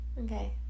Okay